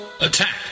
Attack